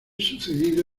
sucedido